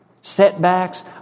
setbacks